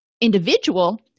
individual